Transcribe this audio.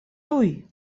tuj